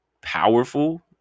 powerful